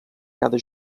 cada